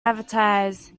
advertise